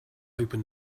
open